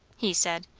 he said,